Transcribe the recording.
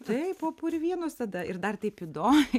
taip po purvynus tada ir dar taip įdomiai